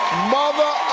mother